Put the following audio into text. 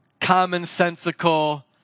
commonsensical